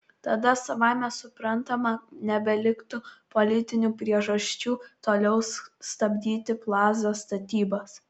tada savaime suprantama nebeliktų politinių priežasčių toliau stabdyti plaza statybas